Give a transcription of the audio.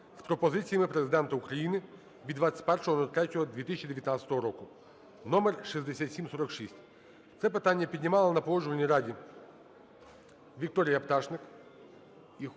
з пропозиціями Президента України від 21.03.2019 року (№6746). Це питання піднімала на Погоджувальній раді Вікторія Пташник.